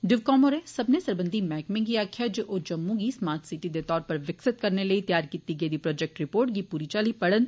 डिवकाम होरें सब्बनें सरबंधी मैहकमें गी आक्खेआ ऐ जे ओ जम्मू गी स्मार्ट सिटी दे तौर उप्पर विकसित करने लेई त्यार कीती गेदी प्राजैक्ट रिपोर्ट गी पूरी चाल्ली पढ़न